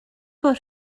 bod